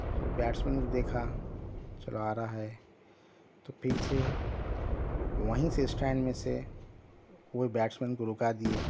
تو batsman کو دیکھا چلا آ رہا ہے تو پیچھے وہیں سے اسٹینڈ میں سے وہ بیٹس مین کو روکا دیئے